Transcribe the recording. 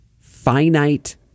finite